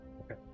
okay